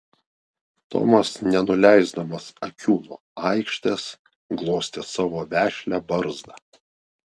tomas nenuleisdamas akių nuo aikštės glostė savo vešlią barzdą